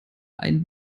ein